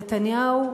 נתניהו,